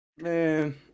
Man